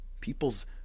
People's